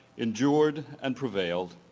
endured and prevailed.